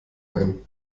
ein